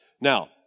Now